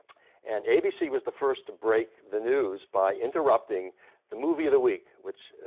and abc was the first to break the news by interrupting the movie of the week, which